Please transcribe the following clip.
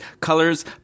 colors